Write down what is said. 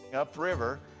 up river,